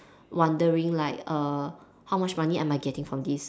wondering like err how much money am I getting from this